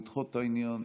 לדחות את העניין,